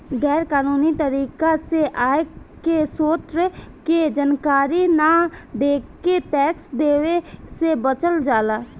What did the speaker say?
गैर कानूनी तरीका से आय के स्रोत के जानकारी न देके टैक्स देवे से बचल जाला